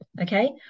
okay